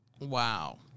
Wow